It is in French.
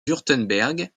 wurtemberg